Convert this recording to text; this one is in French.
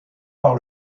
par